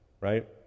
right